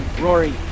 Rory